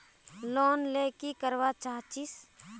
Loan ले की करवा चाहीस?